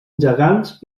gegants